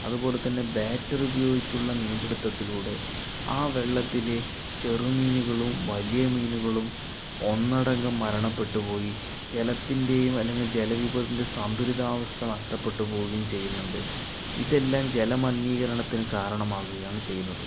അതുപോലെ തന്നെ ബാറ്ററി ഉപയോഗിച്ചുള്ള മീൻ പിടിത്തത്തിലൂടെ ആ വെള്ളത്തിലെ ചെറുമീനുകളും വലിയ മീനുകളും ഒന്നടങ്കം മരണപ്പെട്ടു പോയി ജലത്തിൻ്റെയും അല്ലെങ്കിൽ ജലവിഭവത്തിൻ്റെ സന്തുലിതാവസ്ഥ നഷ്ടപ്പെട്ടുപോവുകയും ചെയ്യുന്നുണ്ട് ഇതെല്ലാം ജലമലിനീകരണത്തിന് കാരണമാവുകയാണ് ചെയ്യുന്നത്